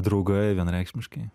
draugai vienareikšmiškai